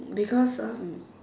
because of